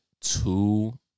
two